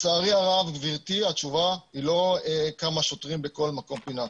לצערי הרב גברתי התשובה היא לא כמה שוטרים בכל פינה.